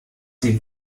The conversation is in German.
sie